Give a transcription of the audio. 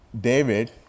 David